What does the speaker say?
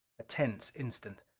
a tense instant.